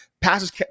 passes